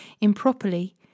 improperly